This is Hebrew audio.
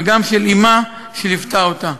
וגם של אמה שליוותה אותה.